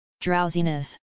Drowsiness